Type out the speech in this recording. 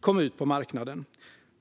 kom ut på marknaden.